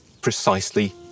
precisely